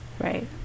Right